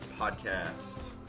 podcast